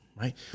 right